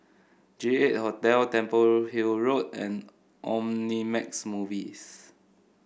J eight Hotel Temple Hill Road and Omnimax Movies